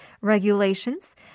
regulations